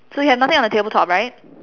so you have nothing on the table top right